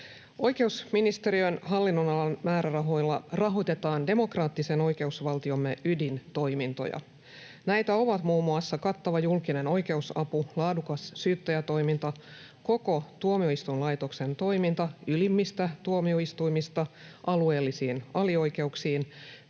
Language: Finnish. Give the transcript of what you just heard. Oikeusministeriön hallinnonalan määrärahoilla rahoitetaan demokraattisen oikeusvaltiomme ydintoimintoja. Näitä ovat muun muassa kattava julkinen oikeusapu, laadukas syyttäjätoiminta, koko tuomioistuinlaitoksen toiminta ylimmistä tuomioistuimista alueellisiin alioikeuksiin,